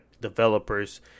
developers